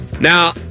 Now